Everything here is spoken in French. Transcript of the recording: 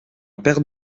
paire